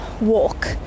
walk